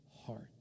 heart